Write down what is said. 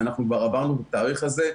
ואנחנו כבר עברנו את התאריך הזה,